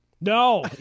No